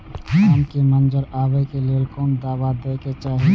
आम के मंजर आबे के लेल कोन दवा दे के चाही?